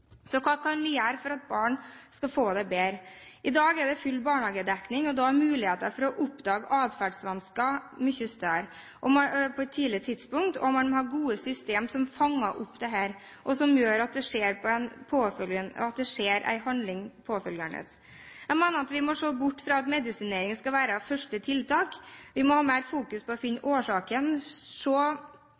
Så hva kan vi gjøre for at barn skal få det bedre? I dag er det full barnehagedekning, og da er mulighetene for å oppdage atferdsvansker på et tidlig tidspunkt mye større. Man har gode systemer som fanger opp dette, og som fører til handling. Jeg mener at vi må se bort fra medisinering som første tiltak. Vi må ha mer fokus på å finne årsaken, og så